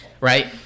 right